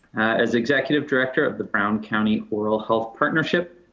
as executive director of the brown county oral health partnership,